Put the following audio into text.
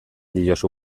diozu